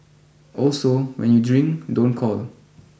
also when you drink don't call